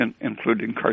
including